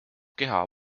keha